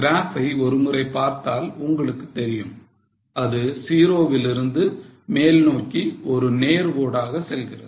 Graph ஐ ஒருமுறை பார்த்தால் உங்களுக்கு தெரியும் அது 0 விலிருந்து மேல் நோக்கி ஒரு நேர்கோடாக செல்கிறது